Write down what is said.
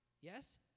Yes